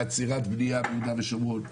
על עצירת בנייה ביהודה ושומרון.